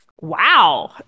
wow